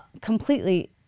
completely